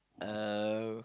um